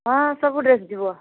ହଁ ସବୁ ଡ୍ରେସ୍ ଯିବ